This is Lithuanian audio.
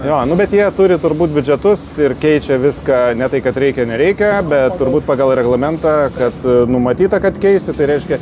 jo nu bet jie turi turbūt biudžetus ir keičia viską ne tai kad reikia nereikia bet turbūt pagal reglamentą kad numatyta kad keisti tai reiškia